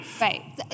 Right